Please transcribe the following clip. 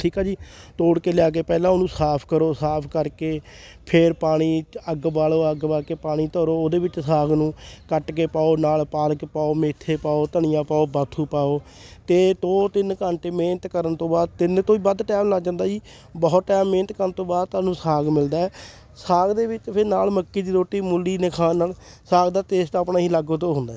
ਠੀਕ ਆ ਜੀ ਤੋੜ ਕੇ ਲਿਆ ਕੇ ਪਹਿਲਾਂ ਉਹਨੂੰ ਸਾਫ ਕਰੋ ਸਾਫ ਕਰਕੇ ਫਿਰ ਪਾਣੀ 'ਚ ਅੱਗ ਬਾਲੋ ਅੱਗ ਬਾਲ ਕੇ ਪਾਣੀ ਧਰੋ ਉਹਦੇ ਵਿੱਚ ਸਾਗ ਨੂੰ ਕੱਟ ਕੇ ਪਾਓ ਨਾਲ ਪਾਲਕ ਪਾਓ ਮੇਥੇ ਪਾਓ ਧਨੀਆ ਪਾਓ ਬਾਥੂ ਪਾਓ ਅਤੇ ਦੋ ਤਿੰਨ ਘੰਟੇ ਮਿਹਨਤ ਕਰਨ ਤੋਂ ਬਾਅਦ ਤਿੰਨ ਤੋਂ ਵੀ ਵੱਧ ਟਾਈਮ ਲੱਗ ਜਾਂਦਾ ਜੀ ਬਹੁਤ ਟਾਈਮ ਮਿਹਨਤ ਕਰਨ ਤੋਂ ਬਾਅਦ ਤੁਹਾਨੂੰ ਸਾਗ ਮਿਲਦਾ ਹੈ ਸਾਗ ਦੇ ਵਿੱਚ ਫਿਰ ਨਾਲ ਮੱਕੀ ਦੀ ਰੋਟੀ ਮੂਲੀ ਦੇ ਖਾਣ ਨਾਲ ਸਾਗ ਦਾ ਟੇਸਟ ਆਪਣਾ ਹੀ ਅਲੱਗ ਤੋਂ ਹੁੰਦਾ ਏ